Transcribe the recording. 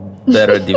Better